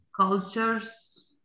cultures